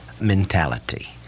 mentality